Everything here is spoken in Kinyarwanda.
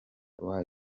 www